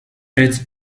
its